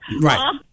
Right